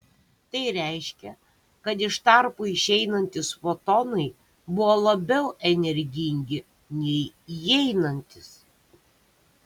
tai reiškia kad iš tarpo išeinantys fotonai buvo labiau energingi nei įeinantys